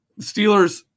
Steelers